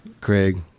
Craig